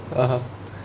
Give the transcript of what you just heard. (uh huh)